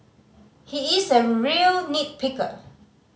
he is a real nit picker